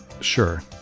Sure